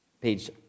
page